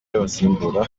y’abasimbura